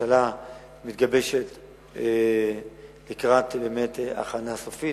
הממשלה מתגבשת באמת לקראת הכנה סופית.